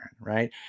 Right